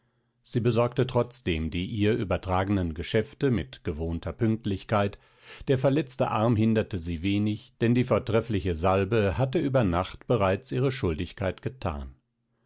sie besorgte trotzdem die ihr übertragenen geschäfte mit gewohnter pünktlichkeit der verletzte arm hinderte sie wenig denn die vortreffliche salbe hatte über nacht bereits ihre schuldigkeit gethan